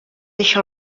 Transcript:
deixa